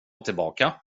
tillbaka